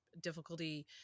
difficulty